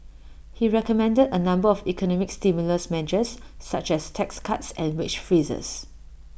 he recommended A number of economic stimulus measures such as tax cuts and wage freezes